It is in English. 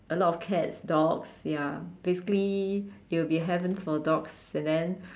a lot of cats dogs ya basically it'll be a heaven for dogs and then